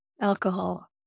alcohol